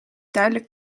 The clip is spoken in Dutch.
duidelijk